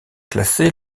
classée